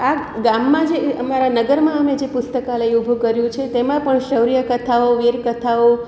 આ ગામમાં જે અમારા નગરમાં અમે જે પુસ્તકાલય ઊભું કર્યું છે તેમાં પણ શૌર્ય કથાઓ વીર કથાઓ